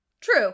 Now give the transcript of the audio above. True